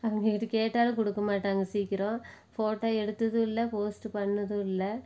அவங்ககிட்ட கேட்டாலும் கொடுக்க மாட்டாங்க சீக்கிரம் ஃபோட்டோ எடுத்ததும் இல்லை போஸ்ட் பண்ணிணதும் இல்லை